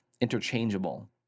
interchangeable